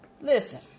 Listen